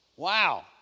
Wow